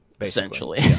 essentially